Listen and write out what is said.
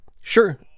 Sure